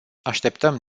așteptăm